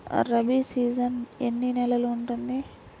Rabi season ఎన్ని నెలలు ఉంటుంది?